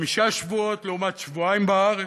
חמישה שבועות לעומת שבועיים בארץ.